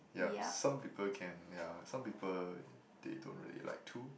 yup some people can yeah some people they don't really like to